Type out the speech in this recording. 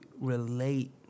relate